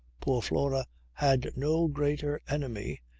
poor flora had no greater enemy,